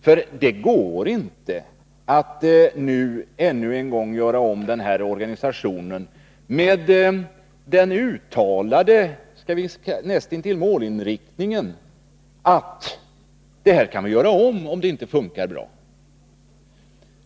Här har man näst intill den målinriktningen att detta kan vi göra om, om det inte fungerar bra. Det går inte att ännu en gång göra om den här organisationen!